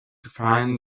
find